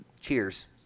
cheers